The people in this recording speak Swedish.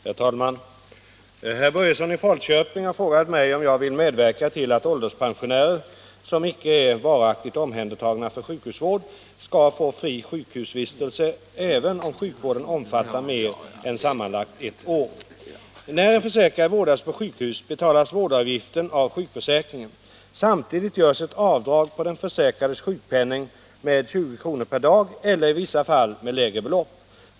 Herr talman! Herr Börjesson i Falköping har frågat mig om jag vill medverka till att ålderspensionärer, som icke är varaktigt omhändertagna för sjukhusvård, skall få fri sjukhusvistelse även om sjukhusvården omfattar mer än sammanlagt ett år. När en försäkrad vårdas på sjukhus betalas vårdavgiften av sjukförsäkringen. Samtidigt görs ett avdrag på den försäkrades sjukpenning med 20 kr. per dag eller i vissa fall med lägre belopp.